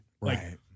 Right